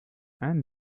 and